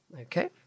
okay